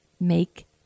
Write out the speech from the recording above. make